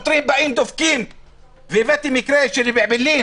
והבאתי מקרה מאעבלין